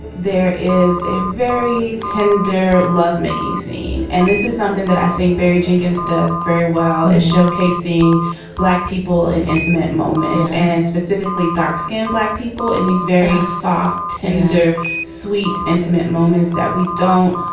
there is a very tender love making scene and this is something that i think barry jenkins does very well is showcasing black people in intimate moments and specifically dark skinned black people in these very soft tender sweet intimate moments that we don't